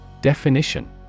Definition